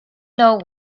know